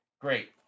Great